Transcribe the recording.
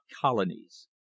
colonies